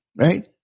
right